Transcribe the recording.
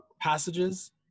passages